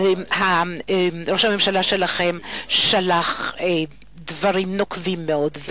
ראש הממשלה שלכם אמר אז דברים נוקבים מאוד,